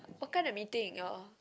what kind of meeting you all